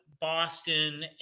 Boston